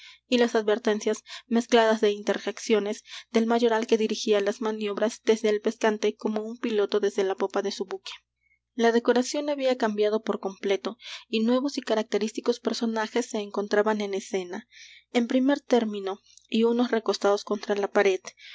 y las advertencias mezcladas de interjecciones del mayoral que dirigía las maniobras desde el pescante como un piloto desde la popa de su buque la decoración había cambiado por completo y nuevos y característicos personajes se encontraban en escena en primer término y unos recostados contra la pared